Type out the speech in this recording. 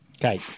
okay